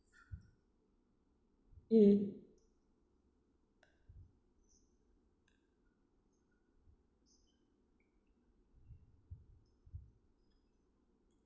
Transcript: mm